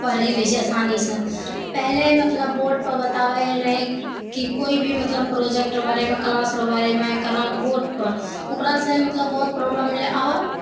पढ़ी लै छै आसानीसँ पहिले मतलब बोर्डपर बताबे रहै की कोइ भी मतलब प्रोजेक्ट रऽ बारेमे क्लास रऽ बारेमे बोर्डपर ओकरासँ मतलब बहुत प्रॉब्लम एलै आब